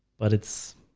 but it's